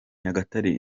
nyagatare